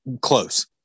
close